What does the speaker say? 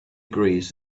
agrees